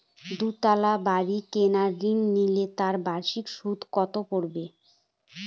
দুতলা বাড়ী কেনার ঋণ নিলে তার বার্ষিক সুদ কত পড়বে?